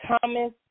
Thomas